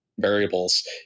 variables